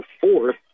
fourth